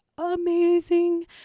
amazing